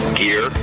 gear